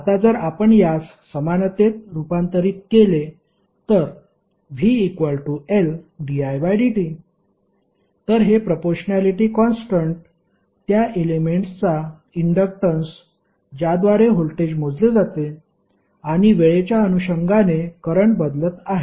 आता जर आपण यास समानतेत रुपांतरित केले तर vLdidt तर हे प्रपोर्शण्यालिटी कॉन्स्टन्ट त्या एलेमेंट्सचा इंडक्टन्स ज्याद्वारे व्होल्टेज मोजले जाते आणि वेळेच्या अनुषंगाने करंट बदलत आहे